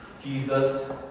Jesus